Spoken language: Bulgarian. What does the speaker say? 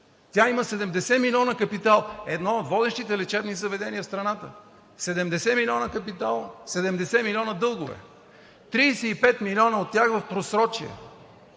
Тя има 70 милиона капитал – едно от водещите лечебни заведения в страната, 70 милиона капитал, 70 милиона дългове!? 35 милиона от тях са в просрочие,